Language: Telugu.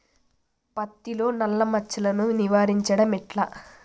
పత్తిలో నల్లా మచ్చలను నివారించడం ఎట్లా?